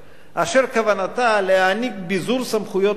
אשר כוונתה להעניק ביזור סמכויות לרשויות